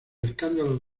escándalo